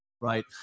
Right